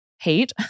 hate